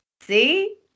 See